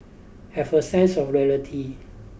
have a sense of reality